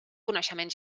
coneixement